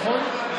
נכון?